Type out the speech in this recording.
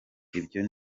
ibyo